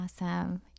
awesome